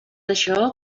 això